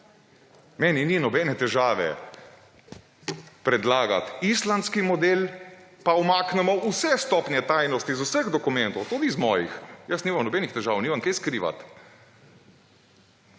Meni ni nobene težave predlagati islandski model pa umaknemo vse stopnje tajnosti z vseh dokumentov tudi z mojih, jaz nimam nobenih težav, nimam kaj skrivati.